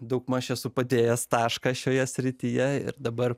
daugmaž esu padėjęs tašką šioje srityje ir dabar